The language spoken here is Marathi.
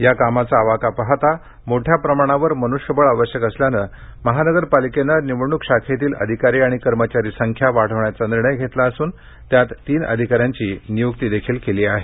या कामाचा आवाका पाहता मोठ्या प्रमाणावर मन्ष्यबळ आवश्यक असल्याने महानगरपालिकेने निवडण्क शाखेतील अधिकारी आणि कर्मचारी संख्या वाढविण्याचा निर्णय घेतला असून त्यात तीन अधिकार्यांीची नियुक्तीनीही केली आहे